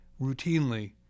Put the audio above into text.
routinely